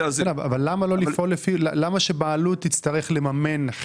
למה שבעלות תצטרך לממן?